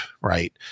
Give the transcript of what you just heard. right